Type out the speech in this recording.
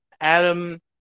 Adam